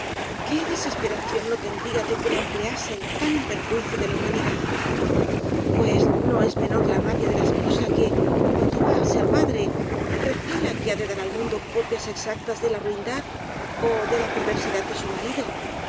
qué desesperación no tendría de que la empleasen tan en perjuicio de la humanidad pues no es me nor la rabia de la esposa que cuando va á ser madre recela que ha de dar al mundo copias exactas de la ruindad ó de la perversidad de su marido